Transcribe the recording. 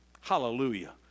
Hallelujah